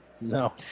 No